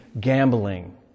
gambling